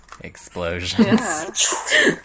Explosions